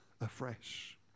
afresh